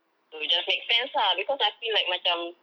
so just make friends ah because I feel like macam